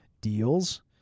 deals